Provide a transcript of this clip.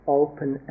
open